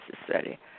necessary